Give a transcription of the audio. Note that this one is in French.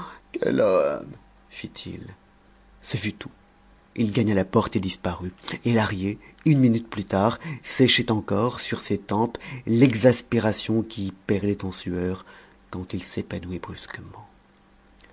fit-il ce fut tout il gagna la porte et disparut et lahrier une minute plus tard séchait encore sur ses tempes l'exaspération qui y perlait en sueur quand il s'épanouit brusquement